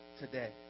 today